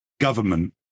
government